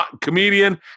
comedian